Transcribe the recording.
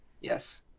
Yes